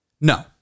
No